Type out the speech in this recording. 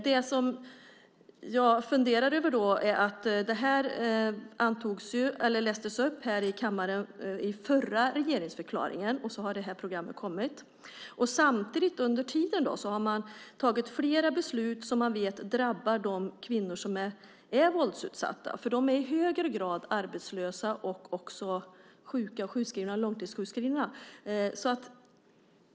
Det jag funderar över är att det här lästes upp här i kammaren i den förra regeringsförklaringen, och sedan har det här programmet kommit. Och under tiden har man fattat flera beslut som man vet drabbar de kvinnor som är våldsutsatta. De är i högre grad arbetslösa och långtidssjukskrivna.